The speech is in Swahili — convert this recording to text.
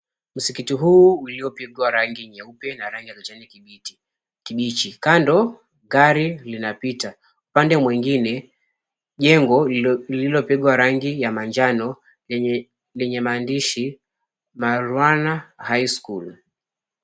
Msikiti huu uliopigwa rangi nyeupe na rangi ya kijani kibichi. Kando, gari linapita. Upande mwingine, jengo lililopigwa rangi ya manjano lenye maandishi, 'Marwana High School'.